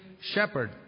shepherd